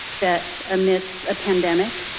that amidst a pandemic.